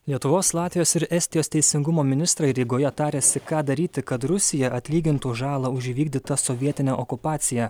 lietuvos latvijos ir estijos teisingumo ministrai rygoje tariasi ką daryti kad rusija atlygintų žalą už įvykdytą sovietinę okupaciją